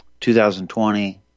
2020